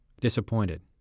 Disappointed